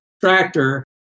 tractor